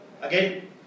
Again